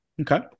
Okay